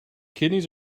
kidneys